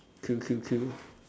cool cool cool